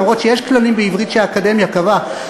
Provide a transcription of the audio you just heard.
אף שיש כללים בעברית שהאקדמיה קבעה,